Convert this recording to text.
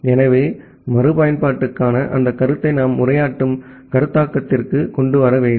எனவே மறுபயன்பாட்டுக்கான அந்த கருத்தை நாம் உரையாற்றும் கருத்தாக்கத்திற்கு கொண்டு வர வேண்டும்